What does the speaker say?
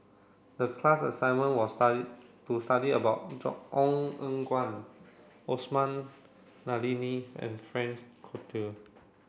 the class assignment was study to study about Ong Eng Guan Osman Zailani and Frank Cloutier